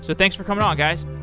so thanks for coming on guys.